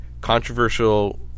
controversial